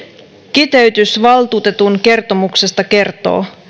kiteytys valtuutetun kertomuksesta kertoo